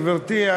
גברתי,